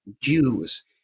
Jews